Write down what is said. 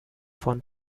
von